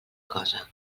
cosa